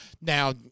Now